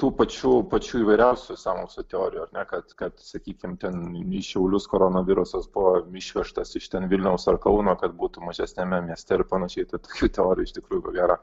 tų pačių pačių įvairiausių sąmokslo teorijų ar ne kad kad sakykim ten į šiaulius koronavirusas buvo išvežtas iš ten vilniaus ar kauno kad būtų mažesniame mieste ir panašiai tai tokių teorijų iš tikrųjų ko gero